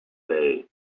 pay